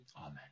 Amen